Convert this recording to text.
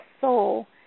soul